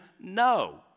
No